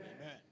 Amen